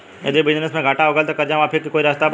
यदि बिजनेस मे घाटा हो गएल त कर्जा माफी के कोई रास्ता बा?